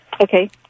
Okay